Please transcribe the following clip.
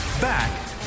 Back